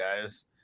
guys